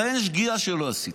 הרי אין שגיאה שלא עשית.